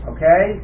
Okay